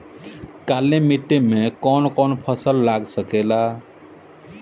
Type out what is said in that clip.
काली मिट्टी मे कौन कौन फसल लाग सकेला?